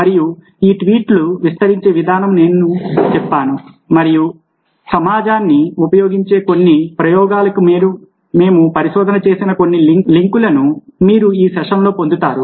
మరియు ఈ ట్వీట్లు విస్తరించే విధానం నేను చెప్పాను మరియు సామాజికాన్ని ఉపయోగించే కొన్ని ప్రయోగాలకు మేము పరిశోధన చేసిన కొన్ని లింక్లను మీరు ఈ సెషన్లో పొందుతారు